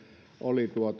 oli